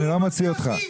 אני לא מוציא אותך.